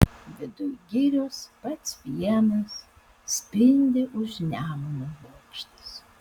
viduj girios pats vienas spindi už nemuno bokštas